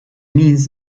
means